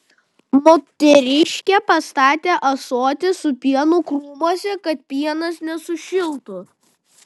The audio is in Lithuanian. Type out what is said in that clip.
moteriškė pastatė ąsotį su pienu krūmuose kad pienas nesušiltų